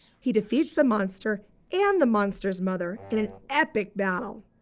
he defeats the monster and the monster's mother in an epic battle,